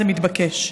זה מתבקש.